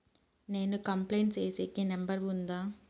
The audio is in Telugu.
నేను కంప్లైంట్ సేసేకి నెంబర్ ఉందా?